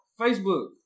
Facebook